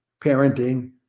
parenting